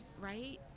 right